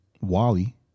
wally